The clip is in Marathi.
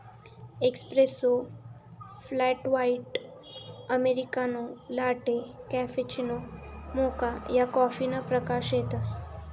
espresso, flat white, americano, latte, cappuccino, mocha या कॉफीना प्रकार शेतसं